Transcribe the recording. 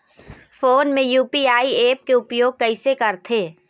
Phone मे UPI app के उपयोग कइसे करथे?